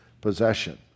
possession